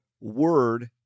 word